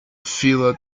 filled